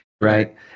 right